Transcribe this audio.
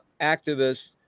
activists